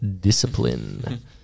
discipline